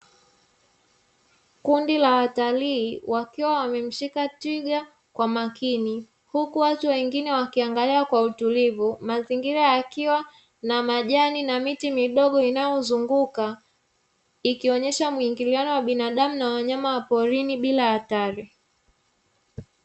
Kundi la watalii wakiwa wamemshika twiga kwa makini, huku watu wengine wakiangalia kwa utulivu mazingira yakiwa na majani na miti midogo inayozunguka, ikionyesha muingiliano wa binadamu na wanyama wa porini bila hatari.